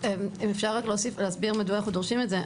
אם אפשר רק להוסיף ולהסביר מדוע אנחנו דורשים את זה.